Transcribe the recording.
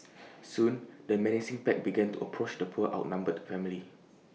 soon the menacing pack began to approach the poor outnumbered family